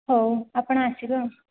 ହେଉ ଆପଣ ଆସିବେ